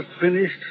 finished